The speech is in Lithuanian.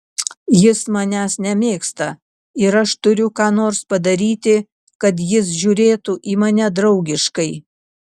jis manęs nemėgsta ir aš turiu ką nors padaryti kad jis žiūrėtų į mane draugiškai